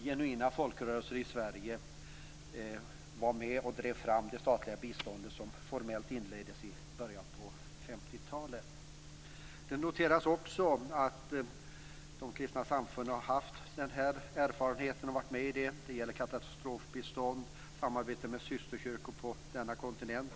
Genuina folkrörelser i Sverige var med och drev fram det statliga biståndet, som formellt inleddes i början på 50-talet. Det noteras också att de kristna samfunden har haft denna erfarenhet och varit med. Det gäller katastrofbistånd och samarbete med systerkyrkor på denna kontinent.